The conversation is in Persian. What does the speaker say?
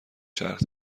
چرخ